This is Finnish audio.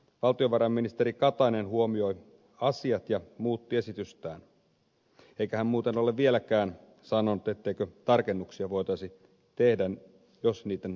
valtiovarainministeri katainen huomioi asiat ja muutti esitystään eikä hän muuten ole vieläkään sanonut etteikö tarkennuksia voitaisi tehdä jos niihin tarpeita löytyy